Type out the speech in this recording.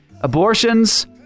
Abortions